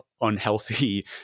unhealthy